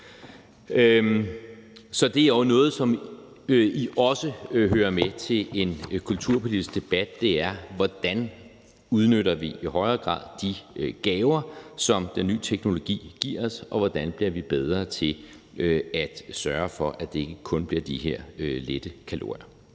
99 pct. Så noget, som også hører med til en kulturpolitisk debat, er, hvordan vi i højere grad udnytter de gaver, som den ny teknologi giver os, og hvordan vi bliver bedre til at sørge for, at det ikke kun bliver de her lette kalorier.